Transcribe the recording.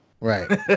Right